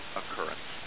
occurrence